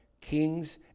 kings